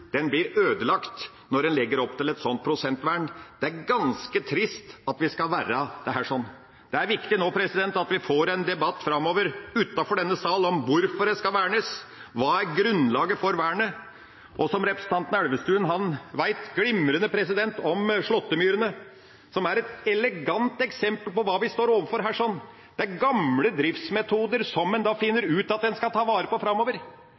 er ganske trist. Nå er det viktig at vi får en debatt framover, utenfor denne sal, om hvorfor det skal vernes – hva er grunnlaget for vernet? Representanten Elvestuen vet – glimrende – om slåttemyrene, som er et elegant eksempel på hva vi her står overfor. Det er gamle driftsmetoder, som en da finner ut at en skal ta vare på framover.